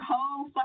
whole